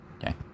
Okay